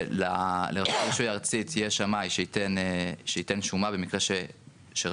לרשות הרישוי הארצית יש שמאי שייתן שומה במקרה שרשות